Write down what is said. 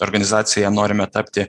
organizacija norime tapti